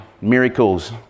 miracles